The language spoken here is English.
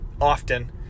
often